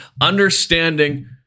understanding